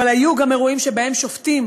אבל היו גם אירועים שבהם שופטים